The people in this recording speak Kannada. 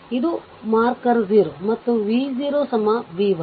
ಇದು ಮಾರ್ಕರ್ o ಮತ್ತು v 0 v 1